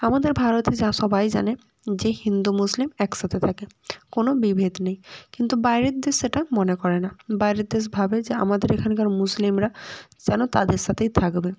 আমাদের ভারতে যা সবাই জানে যে হিন্দু মুসলিম একসাথে থাকে কোনো বিভেদ নেই কিন্তু বাইরের দেশ সেটা মনে করে না বাইরের দেশ ভাবে যে আমাদের এখানকার মুসলিমরা যেন তাদের সাথেই থাকবে